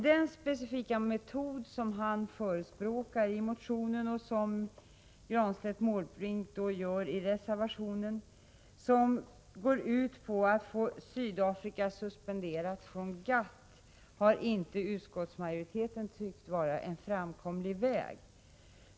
Den specifika metod som förespråkas i motionen och som Pär Granstedt och Bertil Måbrink förespråkar i reservationen, vilken går ut på att få Sydafrika suspenderat från GATT, har inte utskottsmajoriteten tyckt vara en framkomlig väg.